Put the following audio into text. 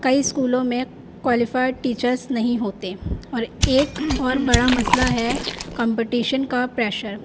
کئی اسکولوں میں کوالیفائڈ ٹیچرس نہیں ہوتے اور ایک اور بڑا مسئلہ ہے کمپٹیشن کا پریشر